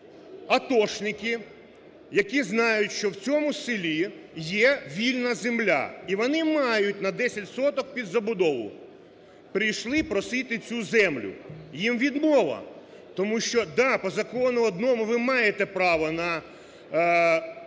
атошники, які знають, що в цьому селі є вільна земля і вони мають на 10 соток під забудову, прийшли просити цю землю, їм – відмова. Тому що, так, по закону одному ви маєте право на